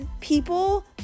people